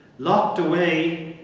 locked away,